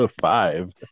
five